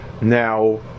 Now